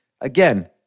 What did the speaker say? Again